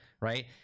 Right